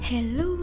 Hello